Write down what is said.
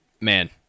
man